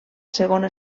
segona